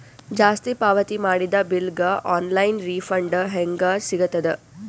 ಜಾಸ್ತಿ ಪಾವತಿ ಮಾಡಿದ ಬಿಲ್ ಗ ಆನ್ ಲೈನ್ ರಿಫಂಡ ಹೇಂಗ ಸಿಗತದ?